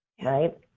right